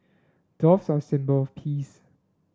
doves are a symbol of peace